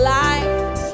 life